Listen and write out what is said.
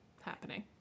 happening